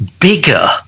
bigger